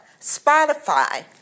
Spotify